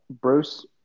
Bruce